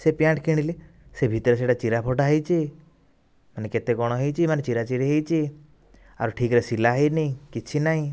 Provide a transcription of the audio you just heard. ସେ ପ୍ୟାଣ୍ଟ କିଣିଲି ସେ ଭିତରେ ସେହିଟା ଚିରା ଫଟା ହୋଇଛି ମାନେ କେତେ କ'ଣ ହୋଇଛି ଚିରା ଚିରି ହୋଇଛି ଆଉ ଠିକରେ ସିଲା ହୋଇନି କିଛି ନାହିଁ